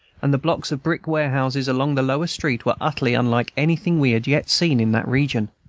and the blocks of brick warehouses along the lower street were utterly unlike anything we had yet seen in that region,